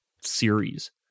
series